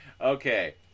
Okay